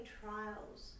trials